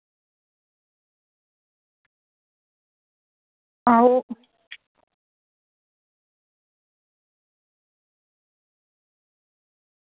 आहो